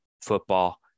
football